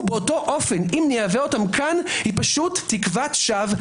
באותו אופן אם נייבא אותם כאן היא פשוט תקוות שווא.